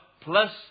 plus